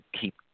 keep